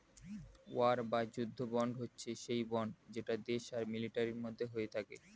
war বা যুদ্ধ bond হচ্ছে সেই বন্ড যেটা দেশ আর মিলিটারির মধ্যে হয়ে থাকে